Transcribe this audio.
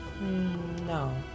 no